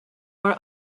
are